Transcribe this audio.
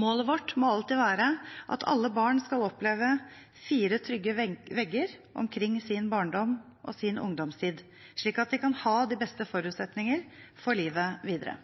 Målet vårt må alltid være at alle barn skal oppleve fire trygge vegger omkring sin barndom og sin ungdomstid, slik at de kan ha de beste forutsetninger for livet videre.